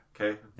Okay